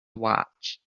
watch